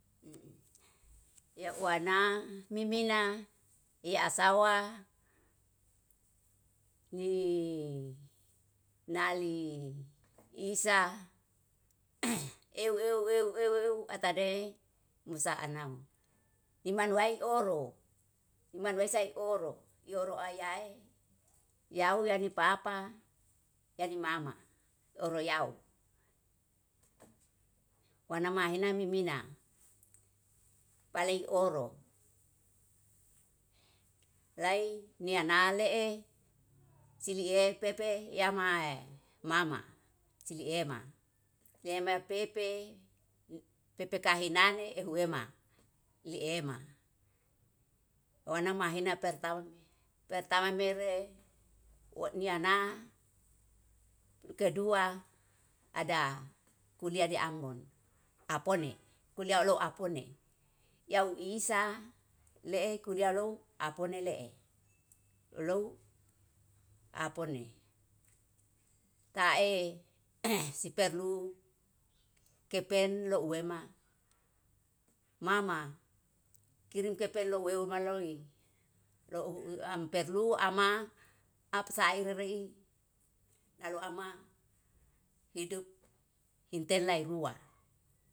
Yeuwana mimila iasawa ni nali isa euw ewu euw euw atade musa'a nama imanuai oro, imanuai sai oro ioro ayaey yeu yari papa, yari mama, oro yau. Wan mahina mi mina palei oro lai nia nale'e sili'e pepe yamae mama sili ema, le'ema pepe, pepe kahinane ehu ema liema oana mahina pertaumi, pertama mire woa niana, kedua ada kulia di ambon apone kulia loapone yau isa le'e kuria lou apone le'e lou apone tae si perlu kepen louwema mama kirim kepen louweu maloi lou iam perlu ama apsaira rei nalo ama hidup hintei lairua.